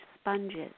sponges